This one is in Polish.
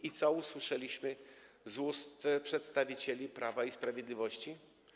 I co usłyszeliśmy z ust przedstawicieli Prawa i Sprawiedliwości?